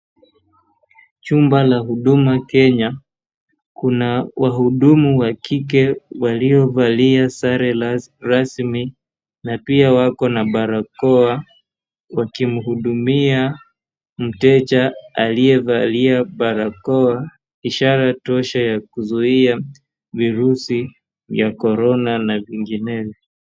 Chumba la Huduma Kenya, kuna wahudumu wa kike waliovalia sare ras rasmi, na pia wako na barakoa, wakimhudumia mteja aliyevalia barakoa, ishara tosha ya kuzuia, virusi vya corona na vinginevyo.